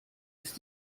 ist